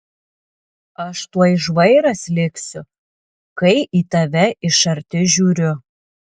aš tuoj žvairas liksiu kai į tave iš arti žiūriu